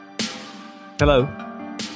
Hello